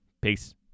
peace